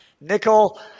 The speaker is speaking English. Nickel